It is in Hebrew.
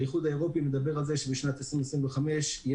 האיחוד האירופי מדבר על זה שבשנת 2025 יהיה